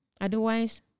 Otherwise